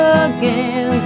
again